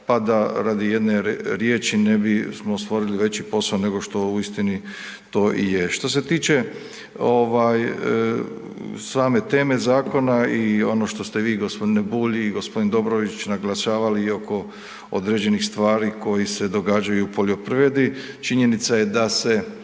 pa da radi jedne riječi ne bismo stvorili veći posao nego što u istini to je. Što se tiče ovaj same teme zakona i ono što ste vi gospodine Bulj i gospodin Dobrović naglašavali i oko određenih stvari koji se događaju u poljoprivredi, činjenica je da se